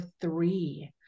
three